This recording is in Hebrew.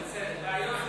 הסירו.